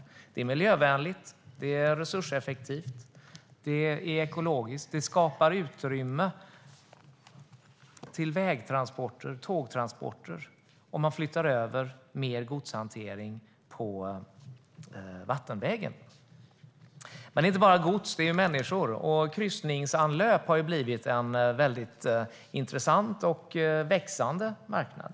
Sjöfarten är miljövänlig, resurseffektiv, ekologisk och skapar utrymme för vägtransporter och tågtransporter, om man flyttar över mer godshantering till vattenvägen. Det är inte bara gods utan även människor som fraktas. Kryssningsanlöp har ju blivit en väldigt intressant och växande marknad.